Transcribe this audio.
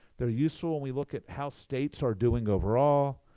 they're useful when we look at how states are doing overall.